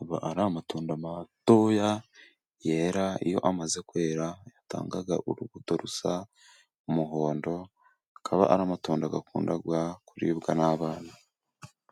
aba ari amatunda matoya yera. Iyo amaze kwera, atanga urubuto rusa umuhondo, akaba ari amatunda akunda kuribwa n'abana.